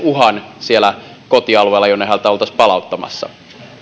uhan siellä kotialueella jonne häntä oltaisiin palauttamassa